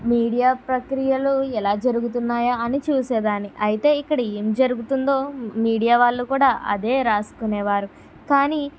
media ప్రక్రియలు ఎలా జరుగుతున్నాయా అని చూసేదాన్ని అయితే ఇక్కడ ఏం జరుగుతుందో మీడియా వాళ్ళు కూడా అదే రాసుకునేవారు కానీ